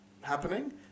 happening